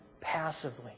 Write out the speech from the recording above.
passively